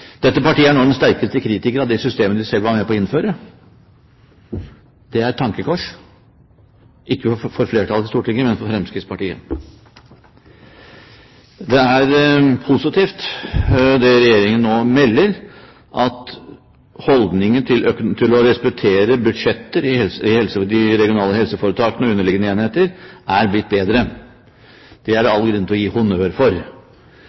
Dette partiet er nå den sterkeste kritikeren av det systemet man selv var med på å innføre. Det er et tankekors – ikke for flertallet i Stortinget, men for Fremskrittspartiet. Det er positivt, det Regjeringen nå melder, at holdningen til å respektere budsjetter i de regionale helseforetakene og underliggende enheter er blitt bedre. Det er det all grunn til å gi honnør for.